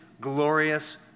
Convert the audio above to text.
glorious